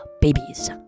babies